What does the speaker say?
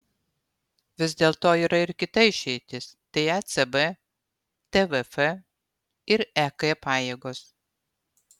vis dėlto yra ir kita išeitis tai ecb tvf ir ek pajėgos